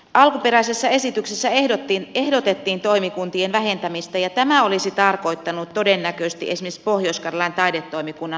alkuperäisessä esityksessä ehdotettiin toimikuntien vähentämistä ja tämä olisi tarkoittanut todennäköisesti esimerkiksi pohjois karjalan taidetoimikunnan lakkauttamista